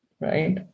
right